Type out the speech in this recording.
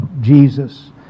Jesus